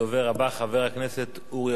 הדובר הבא, חבר הכנסת אורי